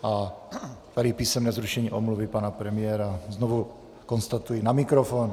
Je tady písemné zrušení omluvy pana premiéra, znovu konstatuji na mikrofon.